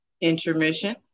intermission